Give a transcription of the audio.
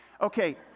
Okay